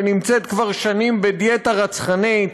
שנמצאת כבר שנים בדיאטה רצחנית,